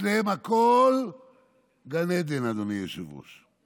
אצלם הכול גן עדן, אדוני היושב-ראש,